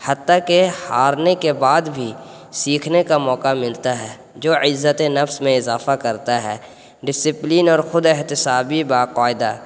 حتی کے ہارنے کے بعد بھی سیکھنے کا موقع ملتا ہے جو عزت نفس میں اضافہ کرتا ہے ڈسپلن اور خود احتسابی با قاعدہ